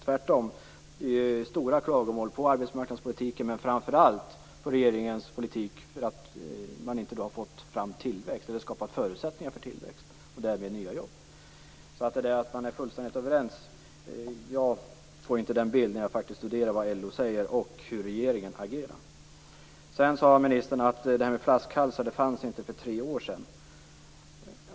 Tvärtom framförs starka klagomål på arbetsmarknadspolitiken men framför allt på att regeringens politik inte har skapat förutsättningar för tillväxt och därmed för nya jobb. När jag studerar vad LO säger och hur regeringen faktiskt agerar får jag alltså inte en bild av att de är fullständigt överens. Ministern sade sedan att flaskhalsar inte fanns för tre år sedan.